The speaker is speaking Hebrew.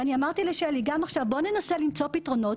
אמרתי לשלי גם עכשיו בואו ננסה למצוא פתרונות,